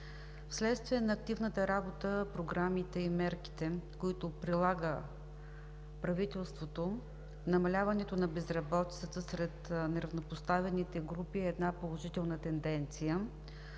Вследствие на активната работа, програмите и мерките, които прилага правителството, намаляването на безработицата сред неравнопоставените групи е положителна тенденция